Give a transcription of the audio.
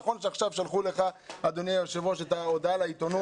נכון שעכשיו שלחו לך אדוני היושב ראש את ההודעה לעיתונות,